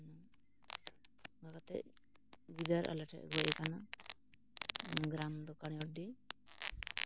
ᱚᱱᱠᱟ ᱠᱟᱛᱮᱫ ᱜᱤᱫᱟᱹᱨ ᱟᱞᱮ ᱴᱷᱮᱡᱼᱮ ᱜᱚᱡ ᱟᱠᱟᱱᱟ ᱜᱨᱟᱢ ᱫᱚ ᱠᱷᱟᱲᱤ ᱢᱟᱴᱤ